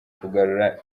kugarura